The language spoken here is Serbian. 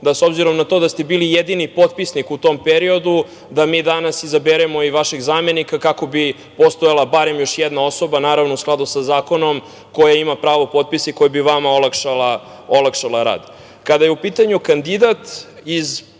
da s obzirom na to da ste bili jedini potpisnik u tom periodu, da mi danas izaberemo i vašeg zamenika, kako bi postojala barem još jedna osoba, naravno, u skladu sa zakonom, koja ima pravo potpisa i koja bi vama olakšala rad. Kada je u pitanju kandidat,